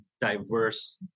diverse